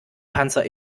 panzer